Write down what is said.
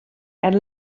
and